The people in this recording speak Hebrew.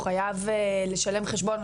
או חייב לשלם חשבון,